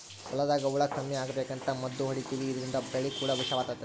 ಹೊಲದಾಗ ಹುಳ ಕಮ್ಮಿ ಅಗಬೇಕಂತ ಮದ್ದು ಹೊಡಿತಿವಿ ಇದ್ರಿಂದ ಬೆಳೆ ಕೂಡ ವಿಷವಾತತೆ